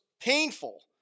Painful